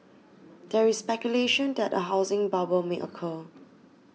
there is speculation that a housing bubble may occur